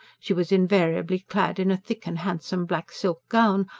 she was invariably clad in a thick and handsome black silk gown,